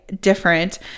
different